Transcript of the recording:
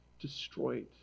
destroyed